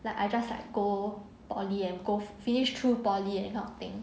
like I just like go poly and go finish through poly and that kind of thing